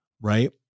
right